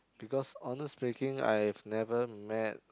because honest speaking I've never met